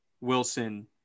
wilson